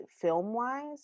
film-wise